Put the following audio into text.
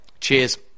Cheers